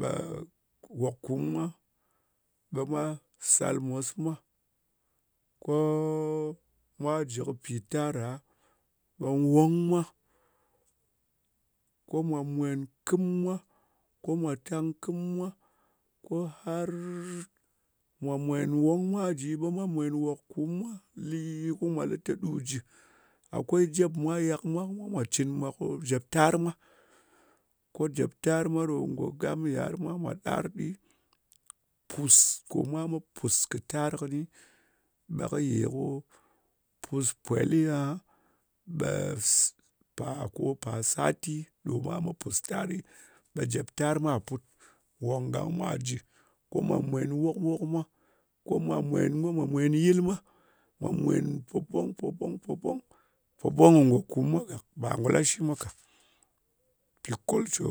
Baa wap kumm mwa, ɓa ma sal mos mwa ko mwa ji pi ɗar ɗa, ɓa wong mwa, ko mwa mweng kimmwa, ko mwo tang kɨm mwa, ko harr mwa mwen wong mwa ji ɓa mwa mwen wok kum mwa li koma lita ɗu ji a kwai jep mwa yak mwa mwa cin ko cep tak mwa, ko jep tarmu ɗo go gam ye ar mwa mwa ɗar ɗi, pus ko mwa kɨ tar kɨni ɓa kɨye ko pus pwel ɓa pa kopa sati ɗo mwa mat pus tak, tar mwa put, jep wong mwa put, wong gang mwa ji ko mwa mwen wok wok mwa, ko mwa mwen yil mwa, mwen po bong po bong go kum mwa gak ba'a bong go lashi mwa, po bong go kum mwa gak pi culture